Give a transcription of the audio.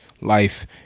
life